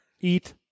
eat